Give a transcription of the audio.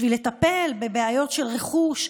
בשביל לטפל בבעיות של רכוש,